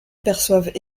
perçoivent